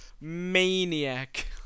Maniac